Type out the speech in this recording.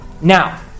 Now